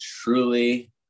truly